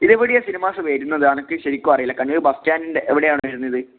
ഇത് എവിടെയാ സിനിമാസ് വരുന്നത് എനിക്ക് ശരിക്കും അറിയില്ല കണ്ണൂര് ബസ്റ്റാൻഡിൻ്റെ എവിടെയാണ് വരുന്നത്